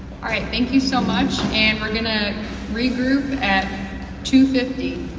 alright, thank you so much and we're gonna regroup at two fifty,